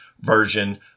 version